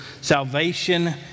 salvation